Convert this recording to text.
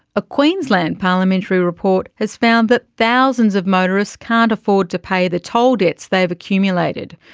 a queensland parliamentary report has found that thousands of motorists can't afford to pay the toll debts they have accumulated,